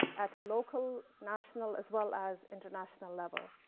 at a local, national as well as international level.